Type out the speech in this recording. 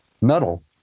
metal